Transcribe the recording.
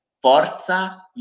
Forza